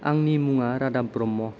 आंनि मुङा रादाब ब्रह्म